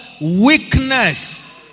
weakness